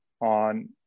on